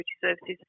services